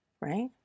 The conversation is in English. right